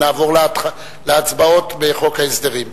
ונעבור להצבעות בחוק ההסדרים.